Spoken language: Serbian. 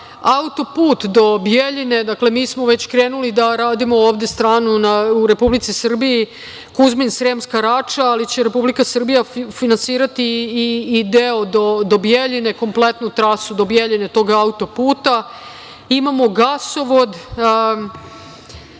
Autoput do Bijeljine. Dakle, mi smo već krenuli da radimo stranu u Republici Srbiji, Kuzmin-Sremska Rača, ali će Republika Srbija finansirati i deo do Bijeljine, kompletnu trasu do Bijeljine, tog autoputa. Imamo gasovod. Ne